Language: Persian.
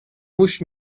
موش